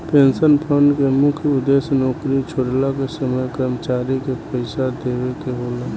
pension fund के मुख्य उद्देश्य नौकरी छोड़ला के समय कर्मचारी के पइसा देवेके होला